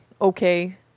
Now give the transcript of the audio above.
okay